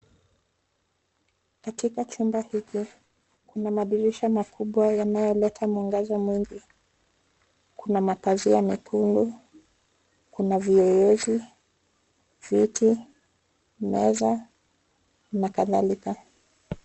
Katika chumba hiki, kuna madirisha makubwa yanayoleta mwangaza mwingi . Kuna mapazia mekundu, kuna viyoyozi , viti, meza na kadhalika.